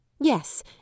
Yes